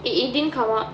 it it didn't come up